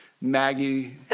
Maggie